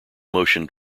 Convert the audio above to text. motion